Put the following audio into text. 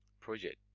project